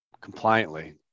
compliantly